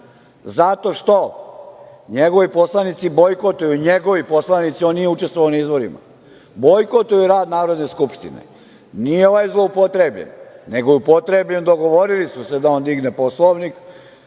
zato što njegovi poslanici bojkotuju, njegovi poslanici, on nije učestvovao na izborima, rad Narodne skupštine. Nije ovaj zloupotrebljen, nego je upotrebljen, dogovorili su se da on digne Poslovnik